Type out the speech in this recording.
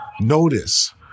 Notice